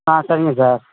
ஆ சரிங்க சார்